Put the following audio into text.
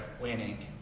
winning